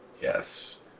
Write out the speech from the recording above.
Yes